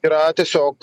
yra tiesiog